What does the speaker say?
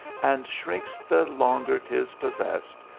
and shrinks the longer tis possest,